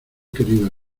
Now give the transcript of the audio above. querido